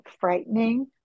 frightening